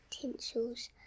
tinsels